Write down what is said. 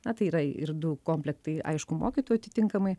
na tai yra ir du komplektai aišku mokytojų atitinkamai